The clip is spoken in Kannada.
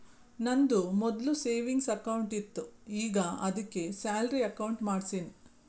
ನಂದು ಮೊದ್ಲು ಸೆವಿಂಗ್ಸ್ ಅಕೌಂಟ್ ಇತ್ತು ಈಗ ಆದ್ದುಕೆ ಸ್ಯಾಲರಿ ಅಕೌಂಟ್ ಮಾಡ್ಸಿನಿ